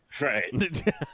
right